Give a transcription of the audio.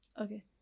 okay